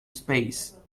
space